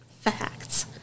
facts